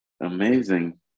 amazing